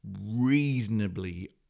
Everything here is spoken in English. reasonably